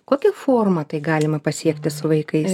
kokia forma tai galima pasiekti su vaikais